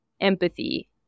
empathy